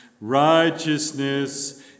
Righteousness